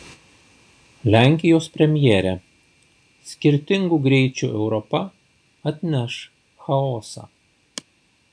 lenkijos premjerė skirtingų greičių europa atneš chaosą